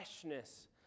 freshness